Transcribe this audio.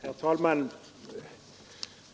Herr talman!